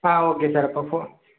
ஆ okay sir அப்போ ஃபோ